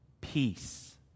peace